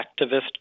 activist